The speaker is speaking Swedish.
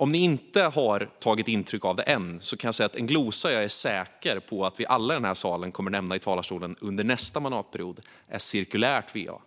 Om ni inte har tagit intryck av det än kan jag säga att en glosa som jag är säker på att vi alla i den här salen kommer att nämna i talarstolen under nästa mandatperiod är "cirkulärt va",